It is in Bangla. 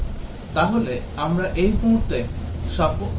তাহলে আমরা এই মুহুর্তে থামব এবং আমরা পরবর্তী সেশনে এখান থেকে চালিয়ে যাব